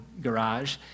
garage